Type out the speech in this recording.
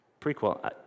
prequel